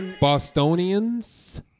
Bostonians